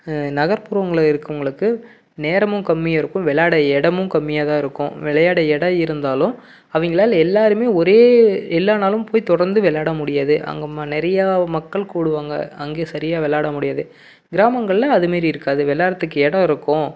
நகர்ப்புறங்களில் இருக்கிறவங்களுக்கு நேரமும் கம்மியாக இருக்கும் விளாட இடமும் கம்மியாக தான் இருக்கும் விளையாட இடம் இருந்தாலும் அவங்களால எல்லாரும் ஒரே எல்லா நாளும் போய் தொடர்ந்து விளாட முடியாது அங்கே ம நிறையா மக்கள் கூடுவாங்க அங்கே சரியாக விளாட முடியாது கிராமங்களில் அதை மாரி இருக்காது விளாட்றதுக்கு இடம் இருக்கும்